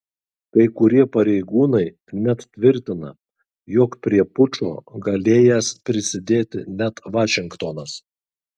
kai kurie pareigūnai net tvirtina jog prie pučo galėjęs prisidėti net vašingtonas